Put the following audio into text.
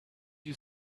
you